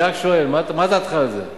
אני רק שואל: מה דעתך על זה?